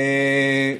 נכון.